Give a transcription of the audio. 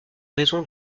raison